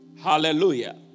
Hallelujah